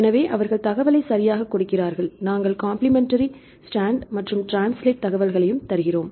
எனவே அவர்கள் தகவலை சரியாகக் கொடுக்கிறார்கள் நாங்கள் காம்ப்ளிமென்டரி ஸ்ட்ராண்ட் மற்றும் ட்ரான்ஸ்லேட் தகவல்களையும் தருகிறது